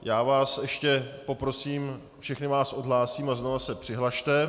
Já vás ještě poprosím všechny vás odhlásím a znovu se přihlaste.